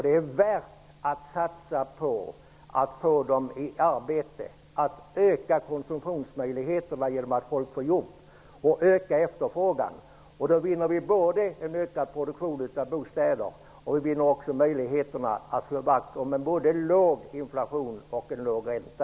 Det är värt att satsa på att få dem i arbete. Konsumtionen och efterfrågan ökas genom att folk får jobb. Då blir det en ökad produktion av bostäder, och vi får möjlighet att slå vakt om en låg inflation och en låg ränta.